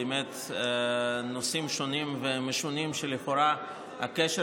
באמת נושאים שונים ומשונים שלכאורה הקשר